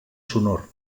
sonor